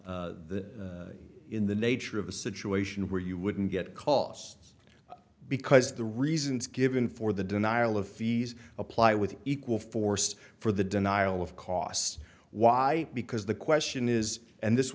in the nature of a situation where you wouldn't get costs because the reasons given for the denial of fees apply with equal force for the denial of costs why because the question is and this